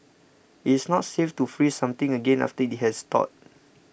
it is not safe to freeze something again after it has thawed